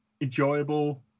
Enjoyable